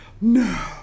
no